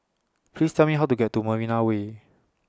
Please Tell Me How to get to Marina Way